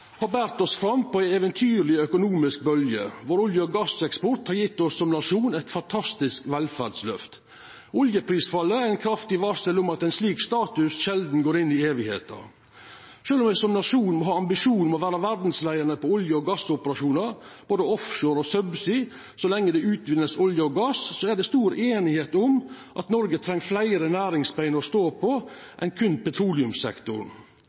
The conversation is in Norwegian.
har bore oss fram på ei eventyrleg økonomisk bølgje. Vår olje- og gasseksport har gjeve oss som nasjon eit fantastisk velferdsløft. Oljeprisfallet er eit kraftig varsel om at ein slik status sjeldan går inn i æva. Sjølv om me som nasjon må ha ambisjon om å vera verdsleiande på olje- og gassoperasjonar, både offshore og subsea så lenge det vert utvinna olje og gass, er det stor semje om at Noreg treng fleire næringsbein å stå